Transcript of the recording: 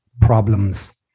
problems